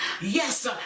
Yes